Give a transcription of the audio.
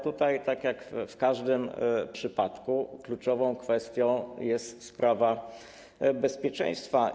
Tu jednak, tak jak w każdym przypadku, kluczową kwestią jest sprawa bezpieczeństwa.